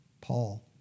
Paul